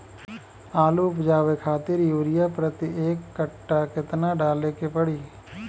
आलू उपजावे खातिर यूरिया प्रति एक कट्ठा केतना डाले के पड़ी?